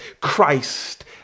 Christ